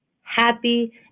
happy